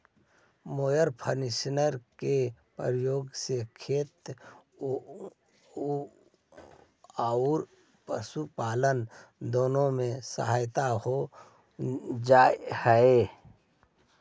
mower conditioner के प्रयोग से खेत औउर पशुपालन दुनो में सहायता हो जा हई